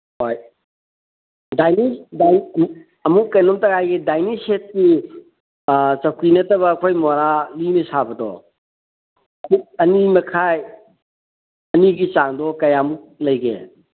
ꯍꯣꯏ ꯑꯃꯨꯛ ꯀꯩꯅꯣꯝꯇꯒ ꯍꯥꯏꯒꯦ ꯗꯥꯏꯅꯤꯡ ꯁꯦꯠꯀꯤ ꯆꯧꯀ꯭ꯔꯤ ꯅꯠꯇꯕ ꯑꯩꯈꯣꯏ ꯃꯣꯔꯥ ꯂꯤꯅ ꯁꯥꯕꯗꯣ ꯐꯤꯠ ꯑꯅꯤ ꯃꯈꯥꯏ ꯑꯅꯤꯒꯤ ꯆꯥꯡꯗꯣ ꯀꯌꯥꯃꯨꯛ ꯂꯩꯒꯦ